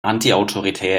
antiautoritäre